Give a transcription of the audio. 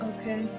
Okay